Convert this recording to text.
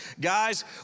Guys